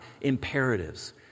imperatives